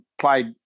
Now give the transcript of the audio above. played